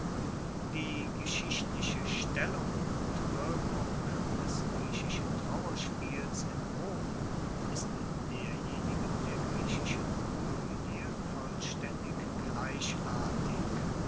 die geschichtliche stellung und wirkung des griechischen trauerspiels in rom ist derjenigen der griechischen komoedie vollstaendig gleichartig